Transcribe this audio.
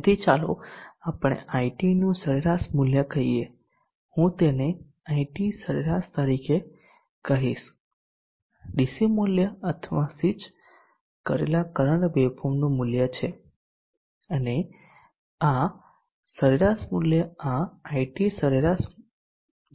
તેથી ચાલો આપણે IT નું સરેરાશ મૂલ્ય કહીએ હું તેને IT સરેરાશ તરીકે કહીશ ડીસી મૂલ્ય અથવા સ્વિચ કરેલા કરંટ વેવફોર્મનું સરેરાશ મૂલ્ય છે અને આ સરેરાશ મૂલ્ય આ IT સરેરાશ